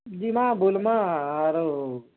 ଯିବା ବୁଲ୍ମା ଆରୁ